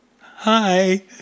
hi